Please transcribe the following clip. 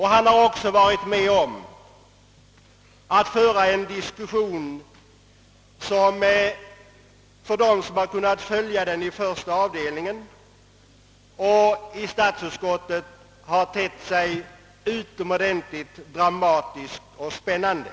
Han har också varit med om att föra en diskussion som för dem, som kunnat följa densamma i statsutskottets första avdelning och i utskottet, har tett sig utomordentligt dramatisk och spännande.